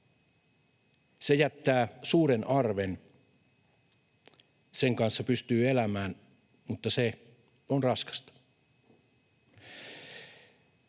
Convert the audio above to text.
Se jättää suuren arven. Sen kanssa pystyy elämään, mutta se on raskasta.